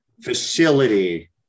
facility